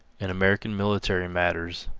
in american military matters,